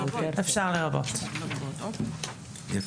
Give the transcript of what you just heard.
לרבות, אוקיי.